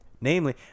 Namely